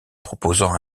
proposant